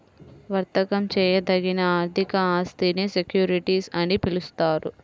వర్తకం చేయదగిన ఆర్థిక ఆస్తినే సెక్యూరిటీస్ అని పిలుస్తారు